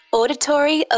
auditory